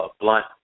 blunt